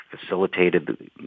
facilitated